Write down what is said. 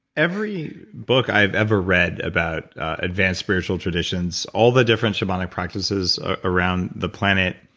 every book i've ever read about advanced spiritual traditions, all the different shamanic practices ah around the planet